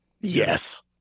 Yes